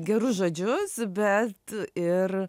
gerus žodžius bet ir